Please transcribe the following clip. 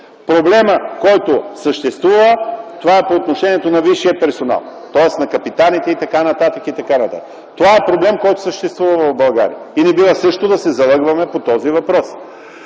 Проблемът, който съществува, е по отношение на висшия персонал, тоест по отношение на капитаните и т.н. Това е проблемът, който съществува в България. Не бива също да се залъгваме по този въпрос.